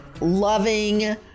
loving